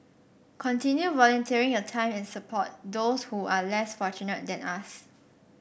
continue volunteering your time and support those who are less fortunate than us